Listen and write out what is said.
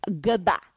Goodbye